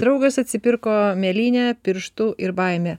draugas atsipirko mėlyne pirštu ir baime